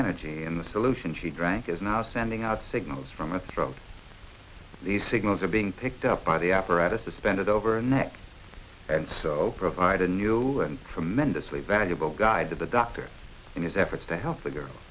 energy in the solution she drank is now sending out signals from the throat the signals are being picked up by the apparatus suspended over a neck and so provide a new and for men to sleep valuable guide to the doctor and his efforts to help the girl